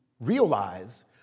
realize